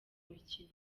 mikino